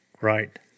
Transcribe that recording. Right